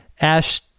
Ash